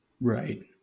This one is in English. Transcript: Right